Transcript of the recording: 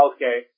Okay